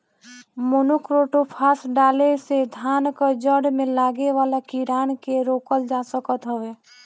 monocrotophos डाले से धान कअ जड़ में लागे वाला कीड़ान के रोकल जा सकत हवे